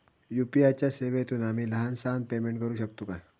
UPI च्या सेवेतून आम्ही लहान सहान पेमेंट करू शकतू काय?